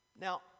Now